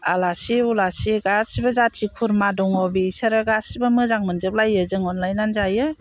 आलासि उलासि गासिबो जाथि खुरमा दङ बिसोरो गासिबो मोजां मोनजोब लायो जों अनलायनानै जायो